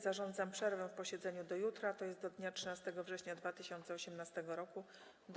Zarządzam przerwę w posiedzeniu do jutra, tj. do dnia 13 września 2018 r., do